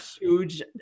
huge